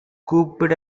கூப்பிட